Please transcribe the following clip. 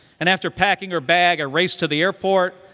and after packing her bag, i raced to the airport.